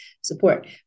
support